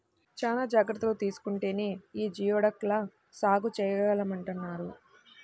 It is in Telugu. చానా జాగర్తలు తీసుకుంటేనే యీ జియోడక్ ల సాగు చేయగలమంటన్నారు